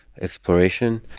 Exploration